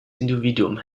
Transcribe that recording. individuum